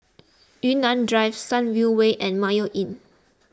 Yunnan Drive Sunview Way and Mayo Inn